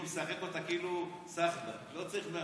משחק אותה כאילו הוא סחבק, לא צריך מאבטחים.